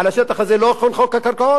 על השטח הזה לא יחול חוק הקרקעות.